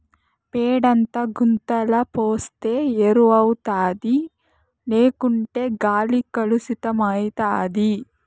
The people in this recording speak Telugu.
పేడంతా గుంతల పోస్తే ఎరువౌతాది లేకుంటే గాలి కలుసితమైతాది